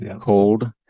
cold